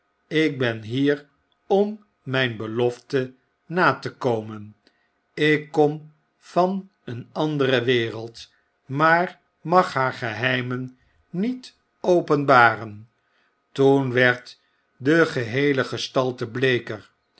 ik ben hier om mijn belofte na te komen ik kom van een andere wereld maar mag haar geheimen niet openbaren toen werd de geheele gestalte bleeker